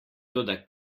toda